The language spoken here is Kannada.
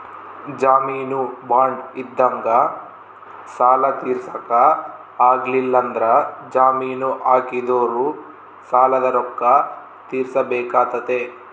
ಜಾಮೀನು ಬಾಂಡ್ ಇದ್ದಂಗ ಸಾಲ ತೀರ್ಸಕ ಆಗ್ಲಿಲ್ಲಂದ್ರ ಜಾಮೀನು ಹಾಕಿದೊರು ಸಾಲದ ರೊಕ್ಕ ತೀರ್ಸಬೆಕಾತತೆ